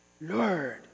Lord